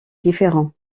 différent